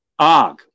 Ag